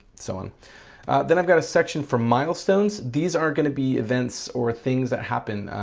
so and then i've got a section for milestones, these are going to be events or things that happen,